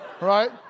Right